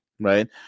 right